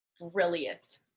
Brilliant